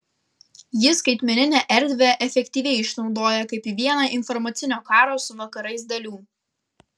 ji skaitmeninę erdvę efektyviai išnaudoja kaip vieną informacinio karo su vakarais dalių